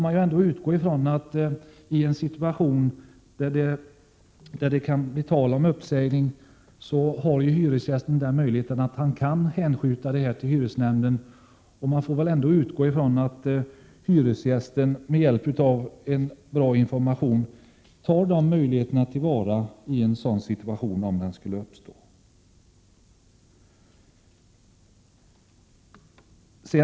Men hyresgästen har, då en situation uppstår där det kan bli tal om uppsägning, möjlighet att hänskjuta frågan till hyresnämnden. Man får utgå från att hyresgästen med hjälp av en bra information tar den möjligheten till vara, om en sådan situation skulle uppstå.